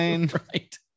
right